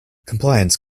compliance